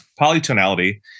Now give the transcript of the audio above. Polytonality